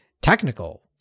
technical